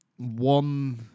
One